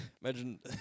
Imagine